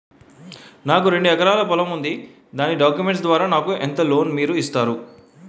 నాకు రెండు ఎకరాల పొలం ఉంది దాని డాక్యుమెంట్స్ ద్వారా నాకు ఎంత లోన్ మీరు ఇస్తారు?